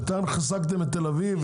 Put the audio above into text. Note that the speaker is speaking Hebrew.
בינתיים חיזקתם את תל אביב,